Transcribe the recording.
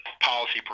policy